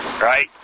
right